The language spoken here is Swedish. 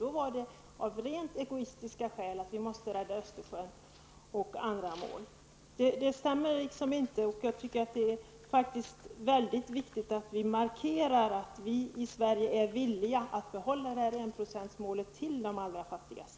Det var av rent egoistiska skäl såsom att Östersjön skulle räddas och andra mål. Det här stämmer inte. Det är viktigt att vi markerar att vi i Sverige är villiga att behålla enprocentsmålet när det gäller bistånd till de allra fattigaste.